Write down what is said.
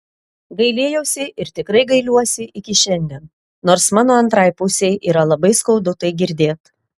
gailėjausi ir tikrai gailiuosi iki šiandien nors mano antrai pusei yra labai skaudu tai girdėt